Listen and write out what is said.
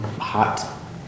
hot